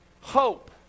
Hope